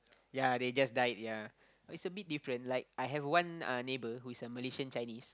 yea they just died yea it's a bit different like I have one uh neighbour who is a Malaysian Chinese